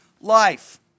Life